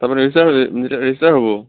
তাৰ পৰা register register হ'ব